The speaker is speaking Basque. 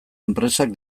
enpresak